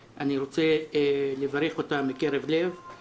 על סדר יום הוועדה: המלצה לבחירת יושבי ראש לוועדות המיוחדות בנושאים